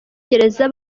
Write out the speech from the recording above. gereza